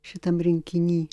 šitam rinkiny